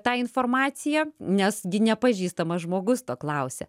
tą informaciją nes gi nepažįstamas žmogus to klausia